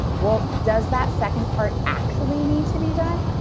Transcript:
well, does that second part actually need to be done?